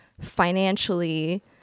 financially